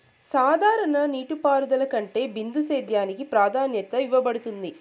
సాధారణ నీటిపారుదల కంటే బిందు సేద్యానికి ప్రాధాన్యత ఇవ్వబడుతుంది